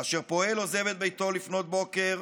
כאשר פועל עוזב את ביתו לפנות בוקר,